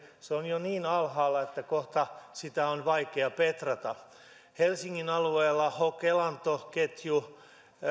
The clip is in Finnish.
se on jo niin alhaalla että kohta sitä on vaikea petrata helsingin alueella hok elanto ketju